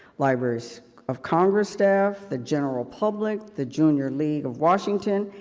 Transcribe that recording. library so of congress staff, the general public, the junior league of washington,